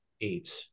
eight